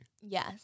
Yes